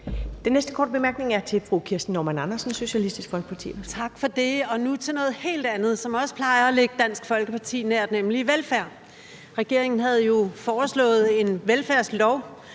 Den næste korte bemærkning er til fru Kirsten Normann Andersen, Socialistisk Folkeparti. Kl. 16:28 Kirsten Normann Andersen (SF) : Tak for det. Nu til noget helt andet, som også plejer at ligge Dansk Folkeparti nært, nemlig velfærd. Regeringen havde jo foreslået en velfærdslov